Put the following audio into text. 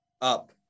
up